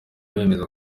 bemeza